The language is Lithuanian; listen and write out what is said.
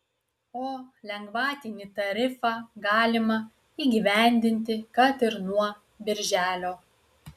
o lengvatinį tarifą galima įgyvendinti kad ir nuo birželio